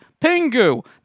Pingu